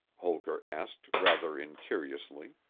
holker asked rather incuriously.